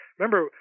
Remember